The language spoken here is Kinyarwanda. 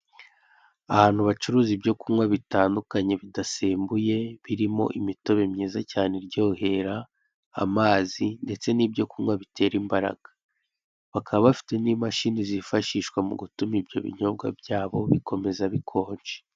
Ahantu hacuruza ibyo kunywa bitandukanye bidasembuye birimo imitobe myiza cyane iryoherera, amazi, ndetse n'ibyo kunywa bitera imbaraga. Bakaba bafite nimashini zifashishwa mugutuma ibyo binyobwa byabo bikomeza bikonje.